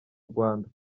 rwanda